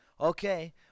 Okay